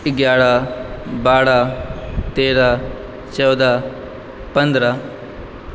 एग्यारह बारह तेरह चौदह पन्द्रह